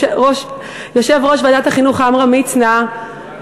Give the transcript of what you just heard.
עמרם מצנע.